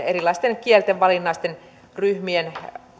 erilaisten kielten valinnaisten ryhmien